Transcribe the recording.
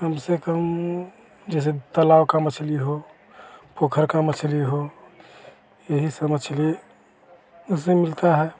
कम से कम जैसे तलाब की मछली हो पोखर का मछली हो यही सब मछली उस दिन मिलती है